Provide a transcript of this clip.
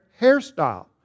hairstyle